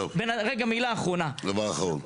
דבר אחרון.